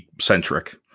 centric